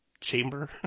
chamber